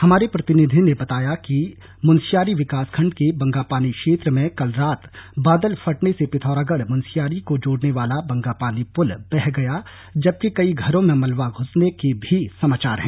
हमारे प्रतिनिधि ने बताया कि मुनस्यारी विकास खण्ड के बंगापानी क्षेत्र में कल रात बादल फटने से पिथौरागढ़ मुनस्यारी को जोड़ने वाला बंगापानी पुल बह गया है जबकि कई घरों में मलवा घूसने के भी समाचार हैं